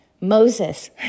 Moses